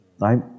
Right